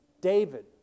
David